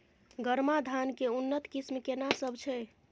गरमा धान के उन्नत किस्म केना सब छै?